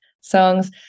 songs